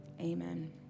Amen